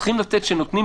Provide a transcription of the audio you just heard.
צריכים לתת כשנותנים,